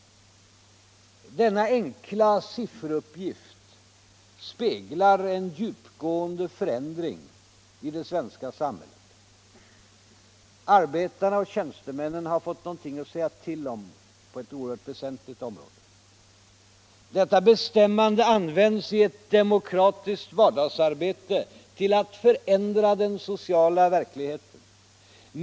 Denna enkla sifferuppgift speglar en djupgående förändring i det sven ska samhället. Arbetarna och tjänstemännen har fått någonting att säga till om på ett oerhört väsentligt område. Detta bestämmande används i ett demokratiskt vardagsarbete till att förändra den sociala verkligheten.